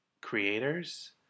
creators